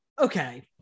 Okay